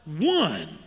one